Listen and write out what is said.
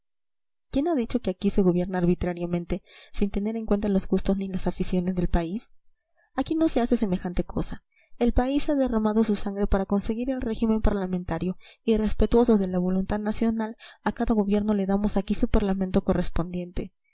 quién ha dicho que aquí se gobierna arbitrariamente sin tener en cuenta los gustos ni las aficiones del país aquí no se hace semejante cosa el país ha derramado su sangre para conseguir el régimen parlamentario y respetuosos de la voluntad nacional a cada gobierno le damos aquí su parlamento correspondiente